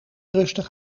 rustig